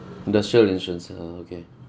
industrial insurance ah okay